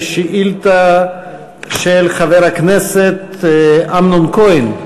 לשאילתה של חבר הכנסת אמנון כהן.